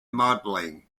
modeling